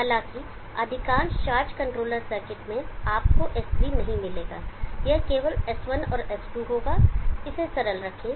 हालांकि अधिकांश charge controller circuit में आपको S3 नहीं मिलेगा यह केवल S1 और S2 होगा इसे सरल रखें